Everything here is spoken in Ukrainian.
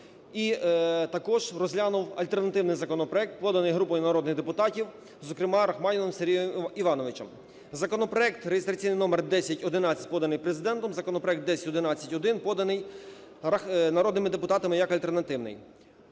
І також розглянув альтернативний законопроект, поданий групою народних депутатів, зокрема Рахманіним Сергієм Івановичем. Законопроект реєстраційний номер 1011, поданий Президентом, законопроект 1011-1 поданий народними депутатами як альтернативний.